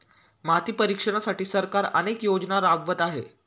माती परीक्षणासाठी सरकार अनेक योजना राबवत आहे